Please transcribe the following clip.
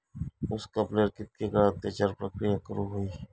ऊस कापल्यार कितके काळात त्याच्यार प्रक्रिया करू होई?